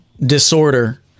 disorder